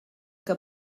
que